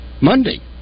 Monday